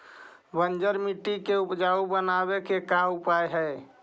बंजर मट्टी के उपजाऊ बनाबे के का उपाय है?